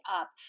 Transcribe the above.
up